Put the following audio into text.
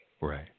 right